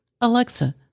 Alexa